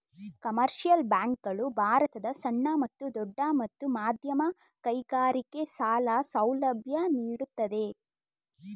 commercial bank ಗಳು ಭಾರತದ ಸಣ್ಣ ಮತ್ತು ದೊಡ್ಡ ಮತ್ತು ಮಧ್ಯಮ ಕೈಗಾರಿಕೆ ಸಾಲ ಸೌಲಭ್ಯ ನೀಡುತ್ತದೆ